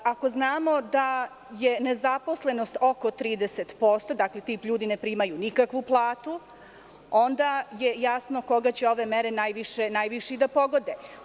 Ako znamo da je nezaposlenost oko 30%, dakle, ti ljudi ne primaju nikakvu platu, onda je jasno koga će ove mere najviše i da pogode.